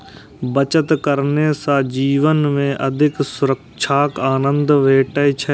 बचत करने सं जीवन मे अधिक सुरक्षाक आनंद भेटै छै